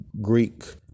Greek